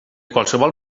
qualsevol